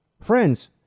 Friends